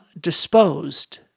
disposed